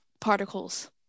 particles